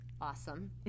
Awesome